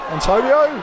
Antonio